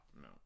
no